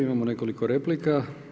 Imamo nekoliko replika.